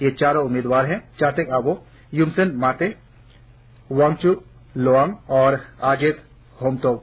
ये चारों उम्मीदवार है चाकात आबोह यूमसेन माते वांचू लावांग और आजेत होमतोक